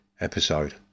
episode